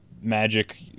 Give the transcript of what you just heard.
Magic